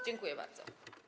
Dziękuję bardzo.